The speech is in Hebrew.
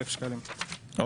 לא.